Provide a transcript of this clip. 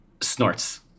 snorts